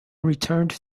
returned